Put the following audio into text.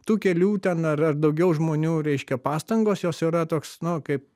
tų kelių ten ar ar daugiau žmonių reiškia pastangos jos yra toks nu kaip